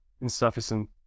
insufficient